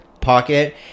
pocket